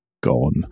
gone